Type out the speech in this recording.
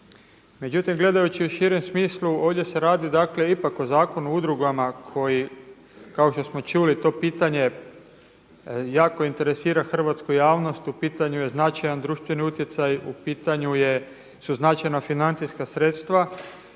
Međutim, gledajući u širem smislu, ovdje se radi dakle o Zakonu o udrugama koji kao što smo čuli to pitanje jako interesira hrvatsku javnost. U pitanju je značajan društveni utjecaj, u pitanju su značajna financijska sredstva